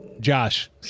Josh